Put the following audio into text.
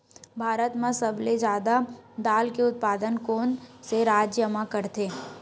भारत मा सबले जादा दाल के उत्पादन कोन से राज्य हा करथे?